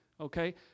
okay